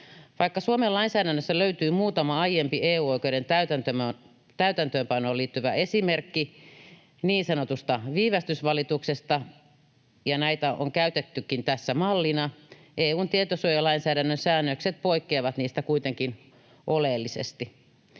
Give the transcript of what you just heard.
Vaikka Suomen lainsäädännössä löytyy muutama aiempi EU-oikeuden täytäntöönpanoon liittyvä esimerkki niin sanotusta viivästysvalituksesta, ja näitä on käytettykin tässä mallina, EU:n tietosuojalainsäädännön säännökset poikkeavat niistä kuitenkin oleellisesti.